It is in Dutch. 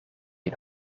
een